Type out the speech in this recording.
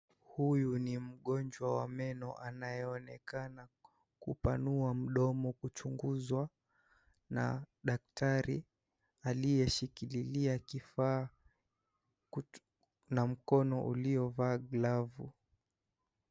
Huyu ni mgonjwa wa meno, anayeonekana kupanua mdomo, kuchungizwa na daktari, aliyeshikililia kifaa na mkono uliovaa glovu.